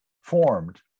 formed